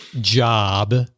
job